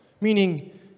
meaning